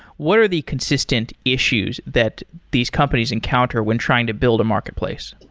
what are the consistent issues that these companies encounter when trying to build a marketplace?